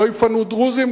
לא יפנו דרוזים,